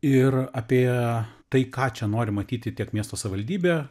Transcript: ir apie tai ką čia nori matyti tiek miesto savivaldybė